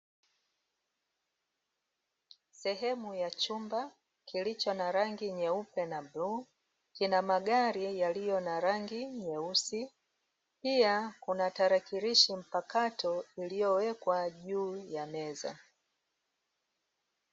Sehemu ya chumba kilicho na rangi nyeupe na bluu, kina magari yaliyo na rangi nyeusi pia kuna tarakirishi mpakato iliyowekwa juu ya meza.